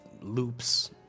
loops